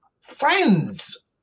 friends